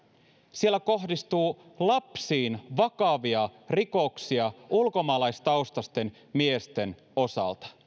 siellä kohdistuu lapsiin vakavia rikoksia ulkomaalaistaustaisten miesten osalta